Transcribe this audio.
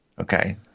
Okay